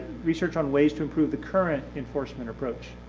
research on ways to improve the current enforcement approach.